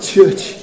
Church